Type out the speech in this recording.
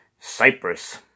Cyprus